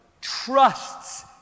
trusts